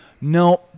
No